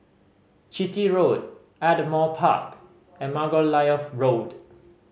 Chitty Road Ardmore Park and Margoliouth Road